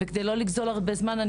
וכדי לא לגדול הרבה זמן,